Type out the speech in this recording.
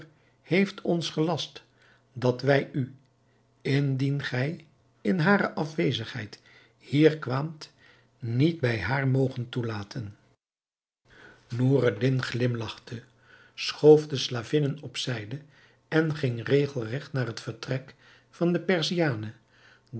heeft ons gelast dat wij u indien gij in hare afwezigheid hier kwaamt niet bij haar mogen toelaten noureddin glimlachte schoof de slavinnen op zijde en ging regelregt naar het vertrek van de